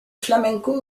flamenco